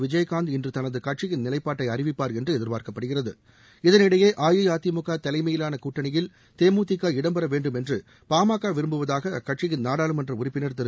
விஜயகாந்த் இன்று தனது கட்சியின் நிலைப்பாட்டை அறிவிப்பார் என்று எதிர்பார்க்கப்படுகிது இதனிடையே அஇஅதிமுக தலைமையிலான கூட்டணியில் தேமுதிக இடம்பெற வேண்டும் என்று பாமக விரும்புவதாக அக்கட்சியின் நாடாளுமன்ற உறுப்பினர் திரு